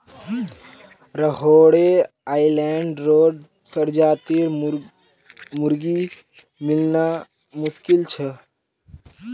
Rhode Island Red प्रजातिर मुर्गी मिलना मुश्किल छ